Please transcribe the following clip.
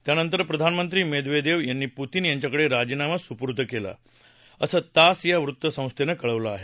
त्यानंतर प्रधानमंत्री मेदवेदेव यांनी पुतीन यांच्याकडे राजीनामा सुपूर्द केला असं तास या वृत्तसंस्थेनं कळवलं आहे